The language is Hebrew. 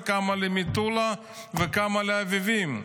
וכמה למטולה וכמה לרביבים?